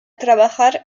trabajar